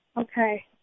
Okay